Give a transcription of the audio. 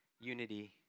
unity